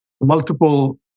multiple